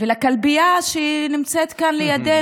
ולכלבייה שנמצאת כאן לידנו.